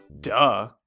duh